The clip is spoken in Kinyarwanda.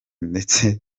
ndetse